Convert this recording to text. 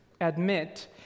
admit